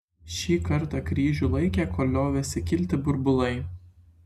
šį kartą kryžių laikė kol liovėsi kilti burbulai